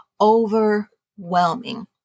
overwhelming